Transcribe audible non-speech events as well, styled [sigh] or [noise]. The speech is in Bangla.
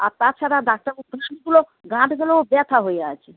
আর তাছাড়া ডাক্তারবাবু [unintelligible] গুলো গাঁটগুলোও ব্যথা হয়ে আছে